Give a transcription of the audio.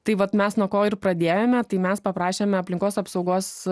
tai vat mes nuo ko ir pradėjome tai mes paprašėme aplinkos apsaugos